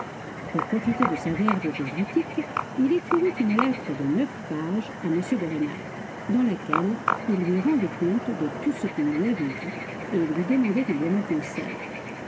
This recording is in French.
pour profiter de sa verve jésuitique il écrivit une lettre de neuf pages à m de rênal dans laquelle il lui rendait compte de tout ce qu'on lui avait dit et lui demandait humblement conseil